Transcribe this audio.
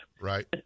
right